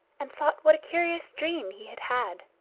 and thought what a curious dream he had had.